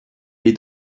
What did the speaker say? est